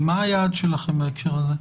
מה היעד שלכם בהקשר הזה?